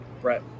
brett